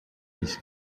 his